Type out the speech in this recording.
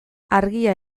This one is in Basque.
argia